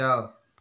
ଯାଅ